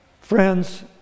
Friends